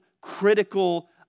critical